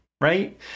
right